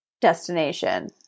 destination